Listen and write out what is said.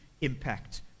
impact